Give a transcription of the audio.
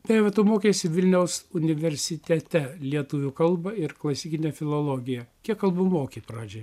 kai va tu mokeisi vilniaus universitete lietuvių kalbą ir klasikinę filologiją kiek kalbų moki pradžiai